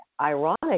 ironic